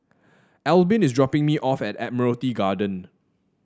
Albin is dropping me off at Admiralty Garden